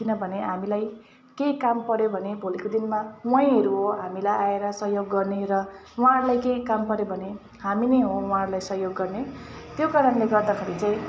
किनभने हामीलाई केही काम पर्यो भने भोलिको दिनमा उहाँहरू हो हामीलाई आएर सहयोग गर्ने र उहाँहरूलाई केही काम गर्यो भने हामी नै हो उहाँहरूलाई सहयोग गर्ने त्यो कारणले गर्दाखेरि चाहिँ